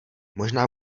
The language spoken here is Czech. možná